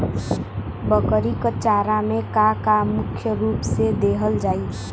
बकरी क चारा में का का मुख्य रूप से देहल जाई?